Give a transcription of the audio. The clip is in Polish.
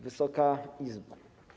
Wysoka Izbo!